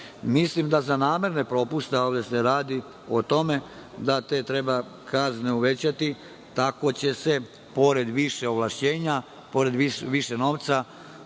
Mislim da za namerne propuste, a ovde se radi o tome, da treba te kazne uvećati. Tako će se, pored više ovlašćenja, pored više novca,